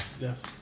Yes